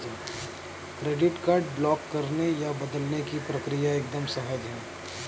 credit card block करने या बदलने की प्रक्रिया एकदम सहज है